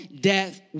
death